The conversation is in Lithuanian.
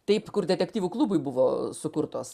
taip kur detektyvų klubui buvo sukurtos